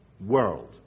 world